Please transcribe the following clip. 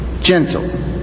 gentle